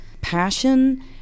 passion